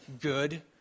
good